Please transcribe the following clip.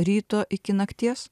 ryto iki nakties